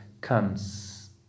comes